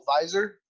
Visor